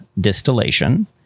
distillation